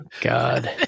God